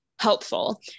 helpful